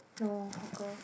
no hawker